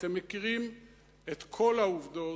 אתם מכירים את כל העובדות,